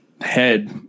head